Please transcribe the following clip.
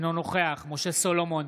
אינו נוכח משה סולומון,